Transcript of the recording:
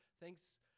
Thanks